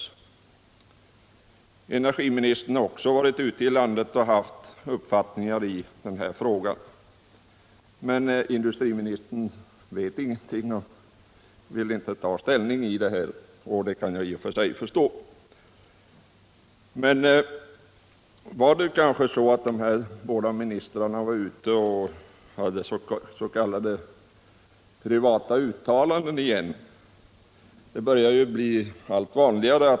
Även energiministern har varit ute i landet och fört fram uppfattningar i denna fråga, men industriministern vill inte ta ställning, vilket jag förstår. Vardet även i detta fall så, att de här två ministrarna var ute och gjorde s.k. privata uttalanden — det börjar ju bli allt vanligare?